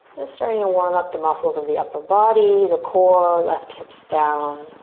just starting to warm up the muscles of the upper body, the core, left hips down,